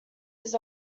his